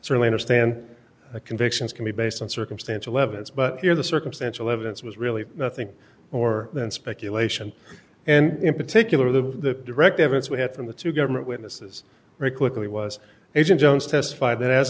certainly understand convictions can be based on circumstantial evidence but here the circumstantial evidence was really nothing more than speculation and in particular the direct evidence we had from the two government witnesses rickly was agent jones testified that as